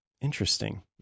Interesting